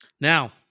Now